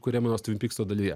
kuriame nors tvin pykso dalyje